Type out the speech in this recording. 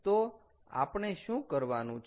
તો આપણે શું કરવાનું છે